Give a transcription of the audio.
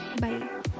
Bye